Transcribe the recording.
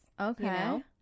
okay